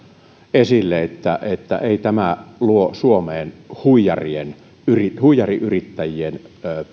esille että että ei tämä luo suomeen huijariyrittäjien